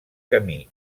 camí